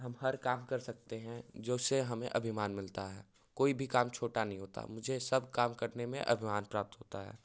हम हर काम कर सकते हैं जिससे हमें अभिमान मिलता है कोई भी काम छोटा नहीं होता मुझे सब काम करने में अभिमान प्राप्त होता है